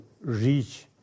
reach